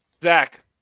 Zach